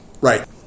right